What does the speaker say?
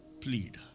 plead